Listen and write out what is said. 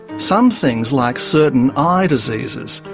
some things like certain eye diseases,